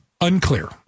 Unclear